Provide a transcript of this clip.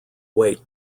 weight